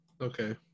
Okay